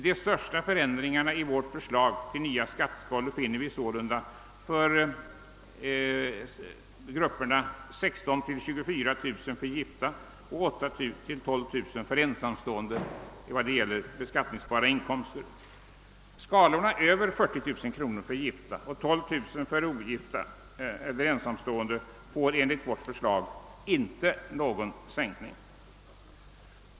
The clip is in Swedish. De största förändringarna i vårt förslag till nya skatteskalor finner vi sålunda för grupperna 16 000—24 000 kronor i beskattningsbar inkomst för gifta och 8 000—12 000 kronor för ensamstående. Inkomsttagare med inkomst över 40 000 kronor för gifta och 12 000 för ensamstående får enligt vårt förslag inte någon sänkning.